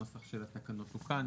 הנוסח של התקנות תוקן.